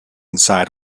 inside